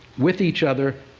with each other,